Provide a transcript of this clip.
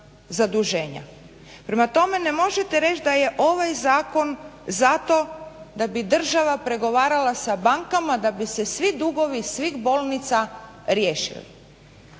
Prema tome, ne možete reć' da je ovaj zakon zato da bi država pregovarala sa bankama, da bi se svi dugovi, svih bolnica riješili.